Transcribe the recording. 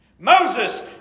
Moses